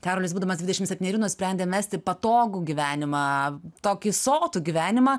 karolis būdamas dvidešim septynerių nusprendė mesti patogų gyvenimą tokį sotų gyvenimą